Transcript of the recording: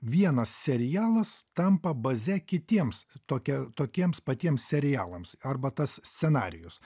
vienas serialas tampa baze kitiems tokia tokiems patiems serialams arba tas scenarijus